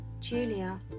Julia